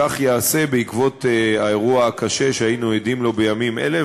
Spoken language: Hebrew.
כך ייעשה בעקבות האירוע הקשה שהיינו עדים לו בימים אלה.